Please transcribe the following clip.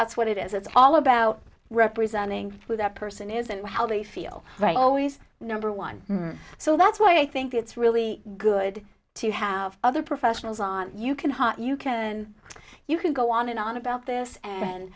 that's what it is it's all about representing who that person is and how they feel very always number one so that's why i think it's really good to have other professionals on you can heart you can and you can go on and on about this and